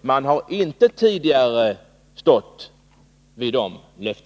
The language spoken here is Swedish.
Man har nämligen tidigare inte stått vid sina löften.